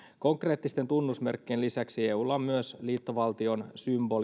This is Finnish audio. konkreettisten tunnusmerkkien lisäksi eulla on myös liittovaltion symbolisia